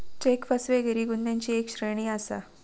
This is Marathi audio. चेक फसवेगिरी गुन्ह्यांची एक श्रेणी आसा